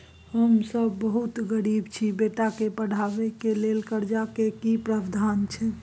हम सब बहुत गरीब छी, बेटा के पढाबै के लेल कर्जा के की प्रावधान छै?